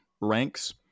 ranks